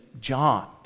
John